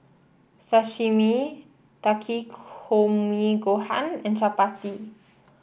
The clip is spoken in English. Sashimi Takikomi Gohan and Chapati